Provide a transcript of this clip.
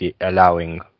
allowing